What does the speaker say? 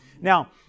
Now